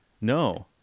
no